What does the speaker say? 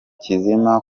kizima